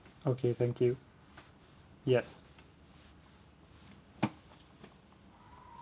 okay thank you yes